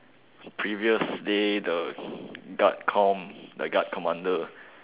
previous day the guard com the guard commander